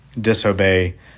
disobey